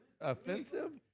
offensive